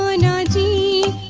ah ninety